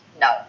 No